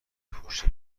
پشت